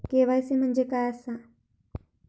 KYC म्हणजे काय आसा?